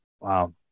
wow